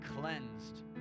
cleansed